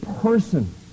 person